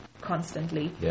constantly